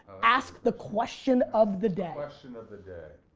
ask the question of the day. question of the day,